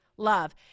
love